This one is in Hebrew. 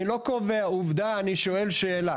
אני לא קובע עובדה, אני שואל שאלה.